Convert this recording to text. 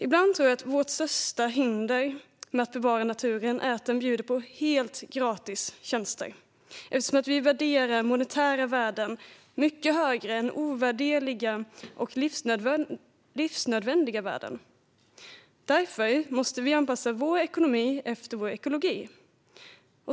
Ibland tror jag att vårt största hinder för att bevara naturen är att den bjuder på helt gratis tjänster, eftersom vi värderar monetära värden högre än ovärderliga och livsnödvändiga värden. Därför måste vi anpassa vår ekonomi efter vår ekologi.